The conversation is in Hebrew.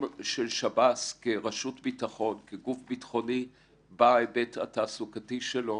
של שב"ס כרשות ביטחון בהיבט התעסוקתי שלו